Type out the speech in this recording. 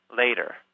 later